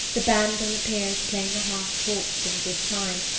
the band on the pier is playing a harsh waltz in good time,